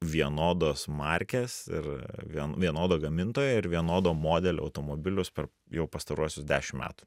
vienodos markės ir vien vienodo gamintojo ir vienodo modelio automobilius per jau pastaruosius dešimt metų